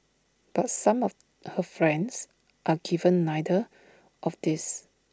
but some of her friends are given neither of these